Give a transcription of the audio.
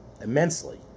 immensely